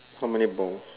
how many balls